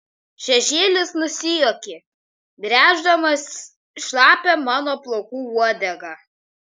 šešėlis nusijuokė gręždamas šlapią mano plaukų uodegą